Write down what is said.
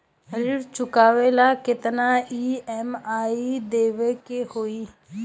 ऋण चुकावेला केतना ई.एम.आई देवेके होई?